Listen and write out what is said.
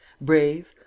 brave